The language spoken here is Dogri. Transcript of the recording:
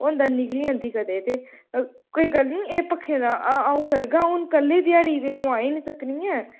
होंदा निकली जंदी कदें ते कोई गल्ल निं एह् पक्खे दा अ'ऊं करगा अ'ऊं कल्लै दी ध्याड़ी ते अ'ऊं आई निं सकनी ऐं